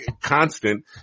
constant